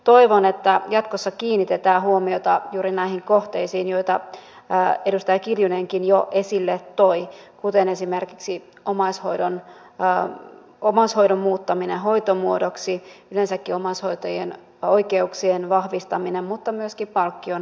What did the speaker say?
toivon että jatkossa kiinnitetään huomiota juuri näihin kohteisiin joita edustaja kiljunenkin jo esille toi kuten esimerkiksi omaishoidon muuttamiseen hoitomuodoksi yleensäkin omaishoitajien oikeuksien vahvistamiseen mutta myöskin palkkion parantamiseen